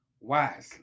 wisely